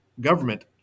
government